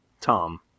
Tom